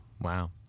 Wow